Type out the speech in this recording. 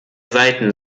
seiten